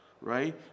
Right